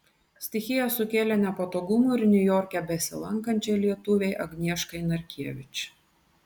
stichija sukėlė nepatogumų ir niujorke besilankančiai lietuvei agnieškai narkevič